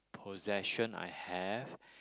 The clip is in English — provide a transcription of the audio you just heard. possession I have